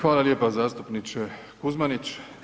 Hvala lijepa zastupniče Kuzmanić.